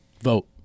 Vote